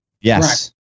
yes